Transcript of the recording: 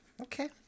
Okay